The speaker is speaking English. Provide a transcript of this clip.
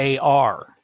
AR